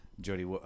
jody